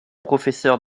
professeur